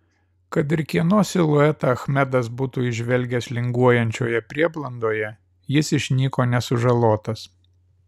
kad ir kieno siluetą achmedas būtų įžvelgęs linguojančioje prieblandoje jis išnyko nesužalotas